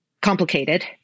complicated